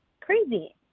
crazy